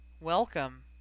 Welcome